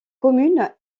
commune